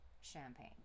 champagne